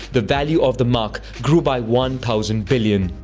the value of the mark grew by one thousand billion.